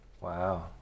wow